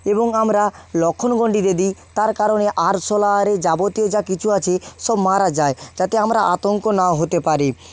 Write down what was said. এবং আমরা লক্ষ্মণ গণ্ডি দিয়ে দিই তার কারণে আরশোলা আর যাবতীয় যা কিছু আছে সব মারা যায় যাতে আমরা আতঙ্ক না হতে পারি